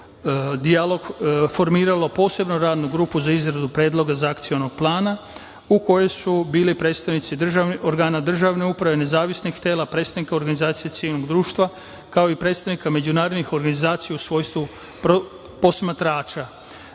formiralo posebnu Radnu grupu za izradu predloga Akcionog plana, u kojoj su bili predstavnici organa državne uprave, nezavisnih tela, predstavnika organizacije civilnog društva, kao i predstavnika međunarodnih organizacija u svojstvu posmatrača.